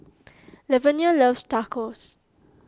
Lavenia loves Tacos